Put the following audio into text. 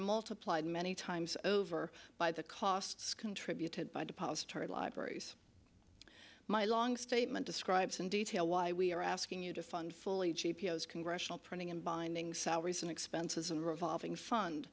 multiplied many times over by the costs contributed by depository library my long statement describes in detail why we are asking you to fund fully g p s congressional printing and binding salaries and expenses and revolving fund